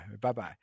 Bye-bye